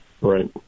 Right